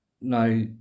Now